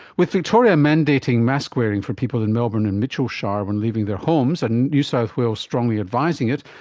with victoria mandating mask wearing for people in melbourne and mitchell shire when leaving their homes, and new south wales strongly advising it,